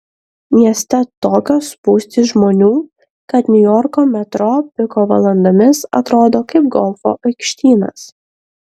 mieste tokios spūstys žmonių kad niujorko metro piko valandomis atrodo kaip golfo aikštynas